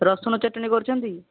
ରସୁଣ ଚଟଣୀ କରୁଛନ୍ତି